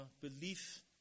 belief